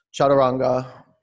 Chaturanga